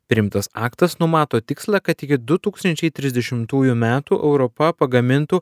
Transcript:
priimtas aktas numato tikslą kad iki du tūkstančiai trisdešimtųjų metų europa pagamintų